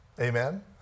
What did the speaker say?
Amen